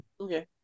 Okay